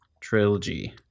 trilogy